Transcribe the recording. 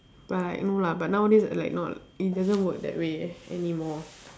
but no lah but nowadays like not it doesn't work that way anymore